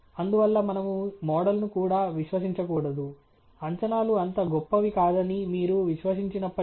అందువల్ల మనము మోడల్ను కూడా విశ్వసించకూడదు అంచనాలు అంత గొప్పవి కాదని మీరు విశ్వసించినప్పటికీ